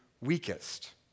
weakest